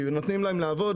כי נותנים להם לעבוד,